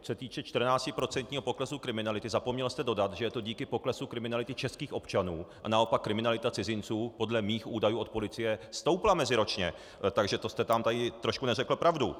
Co se týče 14 % poklesu kriminality, zapomněl jste dodat, že je to díky poklesu kriminality českých občanů a naopak kriminalita cizinců podle mých údajů od policie stoupla meziročně, takže to jste tam trošku neřekl pravdu.